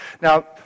Now